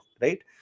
right